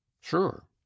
Sure